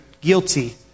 guilty